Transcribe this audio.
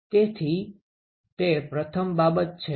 તેથી તે પ્રથમ બાબત છે